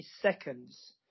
seconds